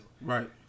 Right